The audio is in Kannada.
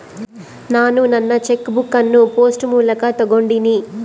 ನಾನು ನನ್ನ ಚೆಕ್ ಬುಕ್ ಅನ್ನು ಪೋಸ್ಟ್ ಮೂಲಕ ತೊಗೊಂಡಿನಿ